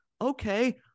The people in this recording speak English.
Okay